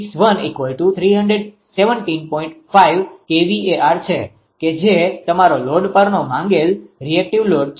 5 kVAr છે કે જે તમારો લોડ પરનો માંગેલ રીએક્ટીવ લોડ છે